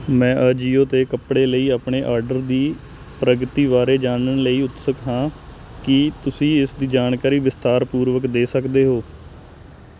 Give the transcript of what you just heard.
ਮੈਂ ਅਜੀਓ 'ਤੇ ਕੱਪੜੇ ਲਈ ਆਪਣੇ ਆਰਡਰ ਦੀ ਪ੍ਰਗਤੀ ਬਾਰੇ ਜਾਣਨ ਲਈ ਉਤਸੁਕ ਹਾਂ ਕੀ ਤੁਸੀਂ ਇਸ ਦੀ ਜਾਣਕਾਰੀ ਵਿਸਥਾਰਪੂਰਵਕ ਦੇ ਸਕਦੇ ਹੋ